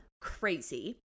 crazy